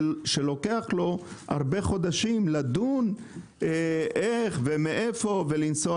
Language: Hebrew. שלוקח לו הרבה חודשים לדון איך ומאיפה ולנסוע